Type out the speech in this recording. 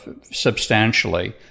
substantially